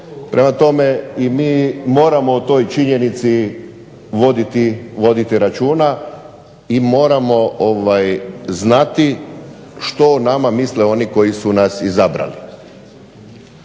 prema tome mi moramo o toj činjenici voditi računa i moramo znati što o nama misle oni koji su nas izabrali.